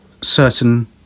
certain